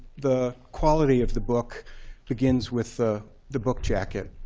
the quality of the book begins with the the book jacket.